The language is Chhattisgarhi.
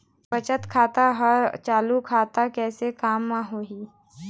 बचत खाता हर चालू खाता कैसे म होही?